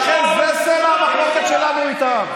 לכן זה סלע המחלוקת שלנו איתם.